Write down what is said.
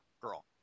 girl